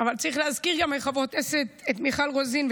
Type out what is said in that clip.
אבל צריך להזכיר גם את חברות הכנסת מיכל רוזין,